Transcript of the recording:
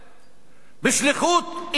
בשליחות איל ההון אדלסון,